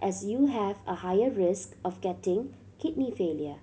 as you have a higher risk of getting kidney failure